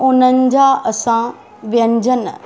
उन्हनि जा असां व्यंजन